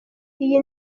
iyi